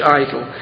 idol